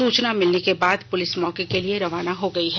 सूचना मिलने के बाद पुलिस मौके के लिए रवाना हो गई है